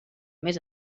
més